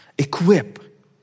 Equip